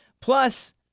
Plus